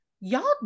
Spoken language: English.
y'all